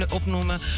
opnoemen